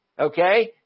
Okay